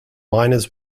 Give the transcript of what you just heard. miners